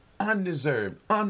undeserved